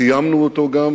קיימנו אותו גם